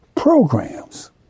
Programs